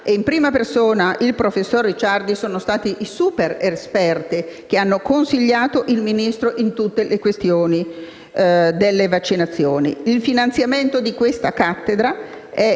in prima persona, il professor Ricciardi sono stati i superesperti che hanno consigliato il Ministro in tutte le questioni relative alle vaccinazioni. Il finanziamento di questa cattedra è